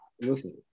Listen